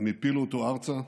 הם הפילו אותו ארצה,